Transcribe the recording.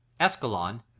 Escalon